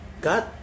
God